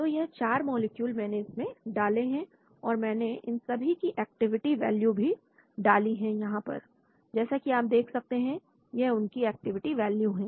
तो यह चार मॉलिक्यूल मैंने इसमें डालें हैं और मैंने इन सभी की एक्टिविटी वैल्यू भी डाली है यहां पर जैसा कि आप देख सकते हैं यह उनकी एक्टिविटी वैल्यू है